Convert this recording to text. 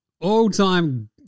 all-time